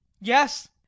yes